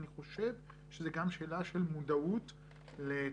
אני חושב שזה גם שאלה של מודעות לתלונות,